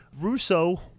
Russo